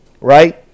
right